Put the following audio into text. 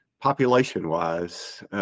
population-wise